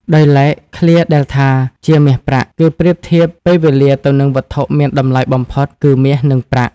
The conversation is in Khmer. ដោយឡែក ឃ្លាដែលថាជាមាសប្រាក់ គឺប្រៀបធៀបពេលវេលាទៅនឹងវត្ថុមានតម្លៃបំផុតគឺមាស និងប្រាក់។